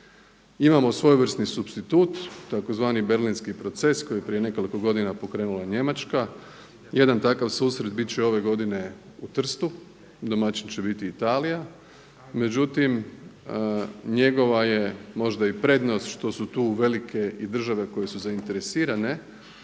Imamo svojevrsni supstitut tzv. Berlinski proces koji je prije nekoliko godina pokrenula Njemačka. Jedan takav susret bit će ove godine u Trstu, domaćin će biti Italija, međutim njegova je možda i prednost što su tu velike i države koje su zainteresirane,